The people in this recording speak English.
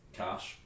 cash